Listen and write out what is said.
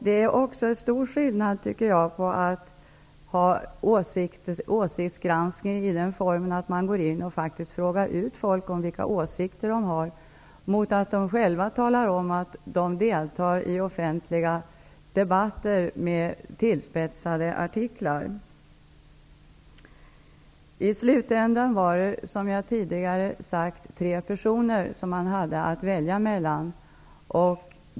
Det är också en stor skillnad på att ha åsiktsgranskning i den formen att man faktiskt frågar ut människor om vilka åsikter de har och att de själva talar om att de deltar i offentliga debatter med tillspetsade artiklar. I slutänden var det, som jag tidigare har sagt, tre personer att välja mellan.